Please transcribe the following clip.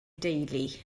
deulu